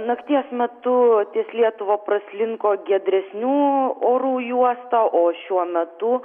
nakties metu ties lietuva praslinko giedresnių orų juosta o šiuo metu